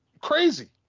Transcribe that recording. crazy